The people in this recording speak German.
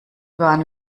waren